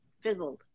fizzled